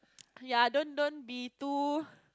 ya don't don't be too